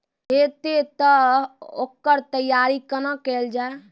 हेतै तअ ओकर तैयारी कुना केल जाय?